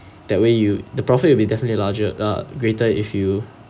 that way you the profit will be definitely larger ah greater if you